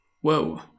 Whoa